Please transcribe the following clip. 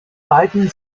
beiden